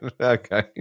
Okay